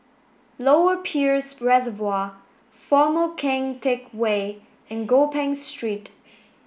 lower Peirce Reservoir Former Keng Teck Whay and Gopeng Street